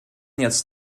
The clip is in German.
jetzt